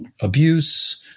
abuse